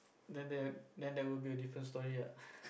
then there then there will be a different story ah